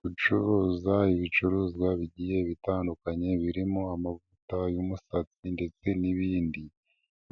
Gucuruza ibicuruzwa bigiye bitandukanye birimo amavuta y'umusatsi ndetse n'ibindi